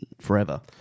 forever